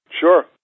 Sure